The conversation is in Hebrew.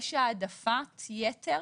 יש העדפת יתר,